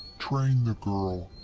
train the girl.